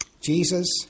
Jesus